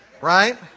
right